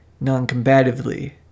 non-combatively